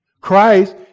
Christ